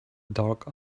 dark